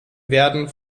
werden